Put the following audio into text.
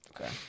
Okay